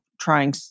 trying